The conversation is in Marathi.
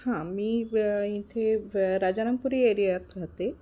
हां मी इथे राजारामपुरी एरियात राहते